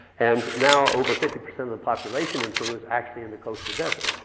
and now, over fifty percent of the population in peru is actually in the coastal desert.